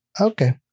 Okay